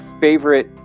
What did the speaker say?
favorite